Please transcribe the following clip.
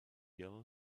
yellow